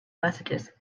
messages